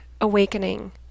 awakening